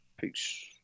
Peace